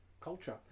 culture